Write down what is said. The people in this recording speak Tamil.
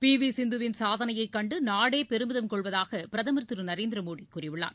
பி வி சிந்துவின் சாதனையைக் கண்டு நாடே பெருமிதம் கொள்வதாக பிரதுர் திரு நரேந்திர மோடி கூறியுள்ளார்